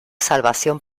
salvación